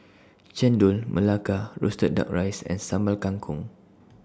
Chendol Melaka Roasted Duck Rice and Sambal Kangkong